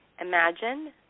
Imagine